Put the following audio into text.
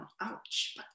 ouch